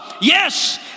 Yes